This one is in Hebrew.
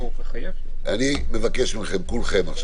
אני מבקש מכם כולכם,